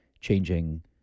changing